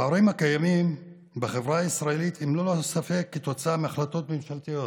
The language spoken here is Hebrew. הפערים הקיימים בחברה הישראלית הם ללא ספק תוצאה של החלטות ממשלתיות.